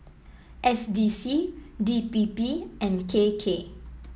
S D C D P P and K K